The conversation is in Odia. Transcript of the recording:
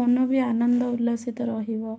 ମନ ବି ଆନନ୍ଦ ଉଲ୍ଲାସିତ ରହିବ